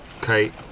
Kite